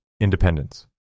Independence